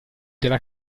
della